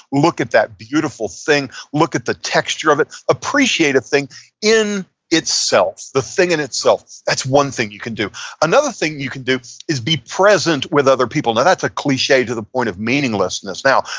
look at that beautiful thing. look at the texture of it. appreciate a thing in itself, the thing in itself. that's one thing you can do another thing you can do is be present with other people. now, that's a cliche to the point of meaninglessness now,